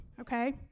okay